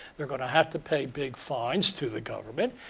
they're going to have to pay big fines to the government.